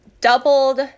doubled